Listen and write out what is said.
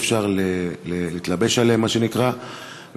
אפשר מה שנקרא להתלבש עליהם,